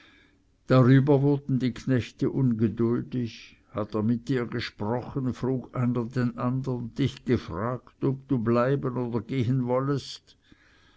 darüber wurden die knechte ungeduldig hat er mit dir gesprochen frug einer den andern dich gefragt ob du bleiben oder gehen wollest